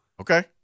Okay